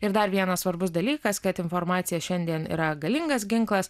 ir dar vienas svarbus dalykas kad informacija šiandien yra galingas ginklas